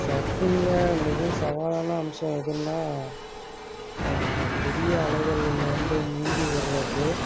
சர்ஃபிங்கில் மிகவும் சவாலான அம்சம் எதுன்னா பெரிய அலைகள்லேருந்து நீந்தி வர்றது